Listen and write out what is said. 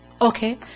Okay